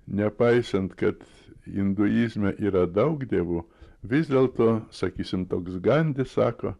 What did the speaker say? nepaisant kad induizme yra daug dievų vis dėlto sakysim toks gandi sako